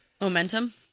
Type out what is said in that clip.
Momentum